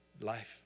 Life